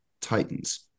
Titans